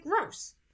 gross